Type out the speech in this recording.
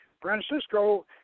Francisco